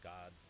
God